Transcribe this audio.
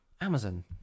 Amazon